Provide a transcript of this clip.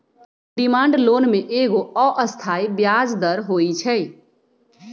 demand loan में एगो अस्थाई ब्याज दर होइ छइ